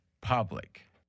public